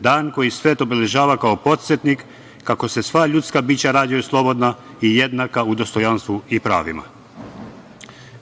dan koji svet obeležava kao podsetnik kako se sva ljudska bića rađaju slobodna i jednaka u dostojanstvu i pravima.